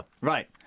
Right